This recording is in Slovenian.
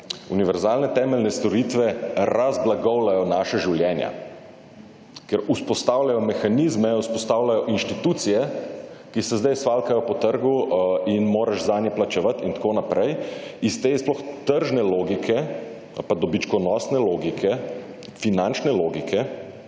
Univerzalne temeljne storitve raz-blagovljajo naša življenja. Ker vzpostavljajo mehanizme, vzpostavljajo inštitucije, ki se zdaj svaljkajo po trgu in moraš zanje plačevati in tako naprej, iz te sploh tržne logike ali pa dobičkonosne logike, finančne logike